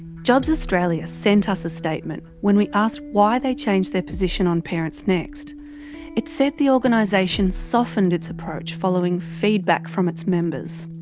jobs australia sent us a statement when we asked why they changed their position on parentsnext. it said the organisation softened its approach following feedback from its members.